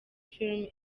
film